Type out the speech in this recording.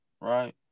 right